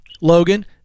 Logan